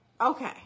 Okay